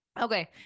Okay